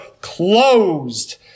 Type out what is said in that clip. closed